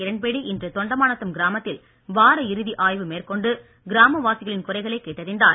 கிரண்பேடி இன்று தொண்டமாநத்தம் கிராமத்தில் வார இறுதி ஆய்வு மேற்கொண்டு கிராமவாசிகளின் குறைகளை கேட்டறிந்தார்